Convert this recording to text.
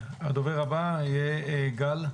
הדובר הבא יהיה גל.